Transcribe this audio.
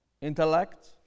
intellect